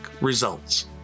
results